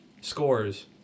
scores